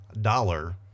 dollar